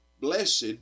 Blessed